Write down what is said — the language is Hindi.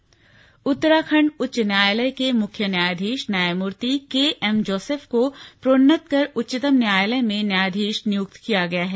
न्यायाधीश उत्तराखण्ड उच्च न्यायालय के मुख्य न्यायाधीश न्यायमूर्ति केएमजोसेफ को प्रोन्नत कर उच्चतम न्यायालय में न्यायाधीश नियुक्त किया गया है